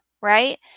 right